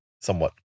somewhat